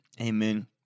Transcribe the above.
Amen